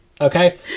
Okay